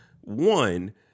one